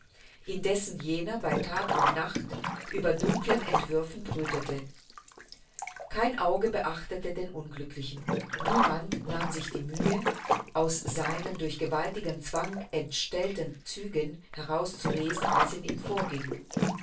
indessen jener bei tag und nacht über dunklen entwürfen brütete kein auge beachtete den unglücklichen niemand nahm sich die mühe aus seinen durch gewaltigen zwang entstellten zügen heraus zu lesen was in ihm vorging